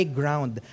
ground